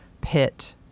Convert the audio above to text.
pit